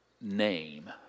name